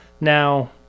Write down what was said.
now